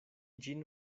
ĝin